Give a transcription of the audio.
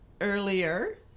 earlier